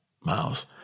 Miles